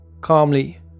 Calmly